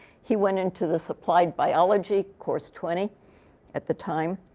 he went into this applied biology, course twenty at the time.